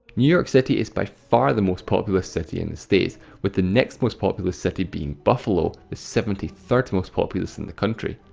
new york city is by far the most populous city in the state, with the next most populous city being buffalo, the seventy third most populous in the country.